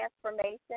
transformation